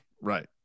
right